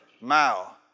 Mao